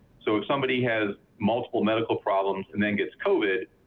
so if somebody has multiple medical problems and then gets covid.